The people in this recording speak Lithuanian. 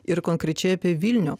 ir konkrečiai apie vilnių